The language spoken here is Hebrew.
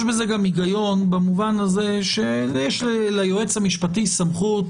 יש בזה גם היגיון במובן שיש ליועץ המשפטי סמכות